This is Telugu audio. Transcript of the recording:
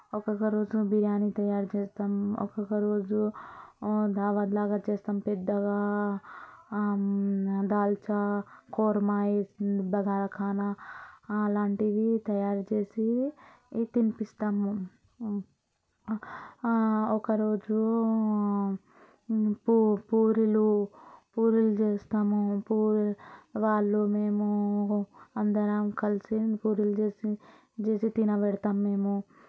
ఒక్కొక్క రోజు బిర్యానీ తయారు చేస్తాం ఒక్కొక్క రోజు దావత్లాగా చేస్తాం పెద్దగా దాల్చా కురమా వేసి బగారా ఖానా అలాంటివి తయారు చేసి తినిపిస్తాము ఒకరోజు పూ పూరీలు పూరీలు చేస్తాము వాళ్ళు మేము అందరం కలిసి పూరీలు చేసి తినపెడతాము మేము